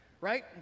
right